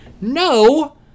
no